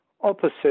opposite